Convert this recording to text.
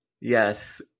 Yes